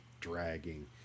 dragging